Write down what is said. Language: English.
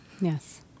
Yes